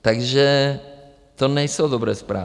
Takže to nejsou dobré zprávy.